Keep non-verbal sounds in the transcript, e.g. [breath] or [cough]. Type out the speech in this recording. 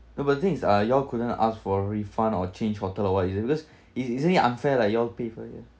no but the thing is uh you all couldn't ask for a refund or change water or what is it because [breath] it isn't it unfair like you all pay for it